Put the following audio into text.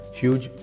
huge